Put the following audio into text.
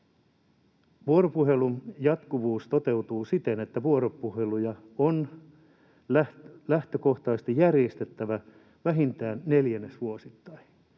Vuoropuhelun jatkuvuus toteutuu siten, että vuoropuheluja on lähtökohtaisesti järjestettävä vähintään neljännesvuosittain.